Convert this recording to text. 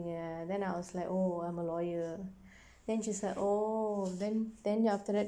ya then I was like oh I'm a lawyer then she's like oh then then after that